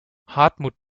hartmut